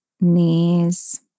knees